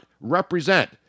represent